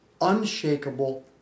unshakable